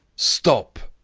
stop!